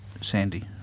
Sandy